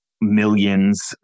millions